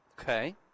Okay